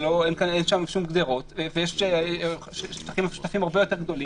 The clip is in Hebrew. אין שום גדרות ויש שטחים משותפים הרבה יותר גדולים.